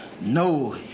no